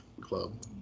club